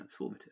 transformative